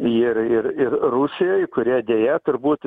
ir ir ir rusijoj kurie deja turbūt